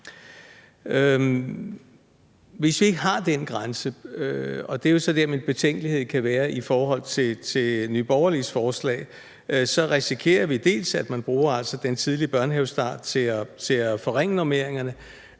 Hvis vi ikke har den grænse, og det er så der, min betænkelighed kan være i forhold til Nye Borgerliges forslag, risikerer vi, at man bruger den tidlige børnehavestart til at forringe normeringerne,